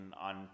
on